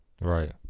Right